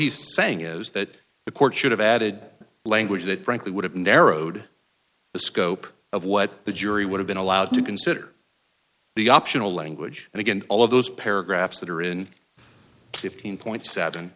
he's saying is that the court should have added language that frankly would have narrowed the scope of what the jury would have been allowed to consider the optional language and again all of those paragraphs that are in fifteen point s